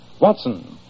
Watson